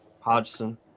Hodgson